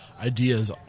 ideas